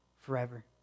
forever